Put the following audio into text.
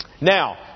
Now